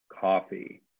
coffee